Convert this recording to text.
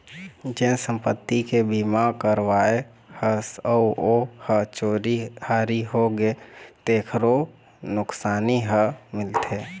जेन संपत्ति के बीमा करवाए हस अउ ओ ह चोरी हारी होगे तेखरो नुकसानी ह मिलथे